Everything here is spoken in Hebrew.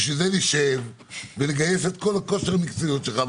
לכן נשב ונגייס את כושר המקצועיות שלך.